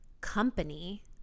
company